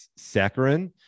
saccharin